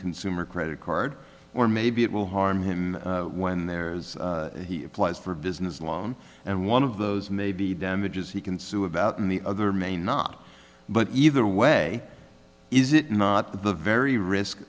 consumer credit card or maybe it will harm him when there's he applies for a business loan and one of those may be damages he can sue about and the other may not but either way is it not the very risk